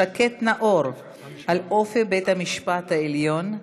המאבק שקד נאור על אופי בית-המשפט העליון,